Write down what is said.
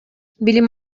билим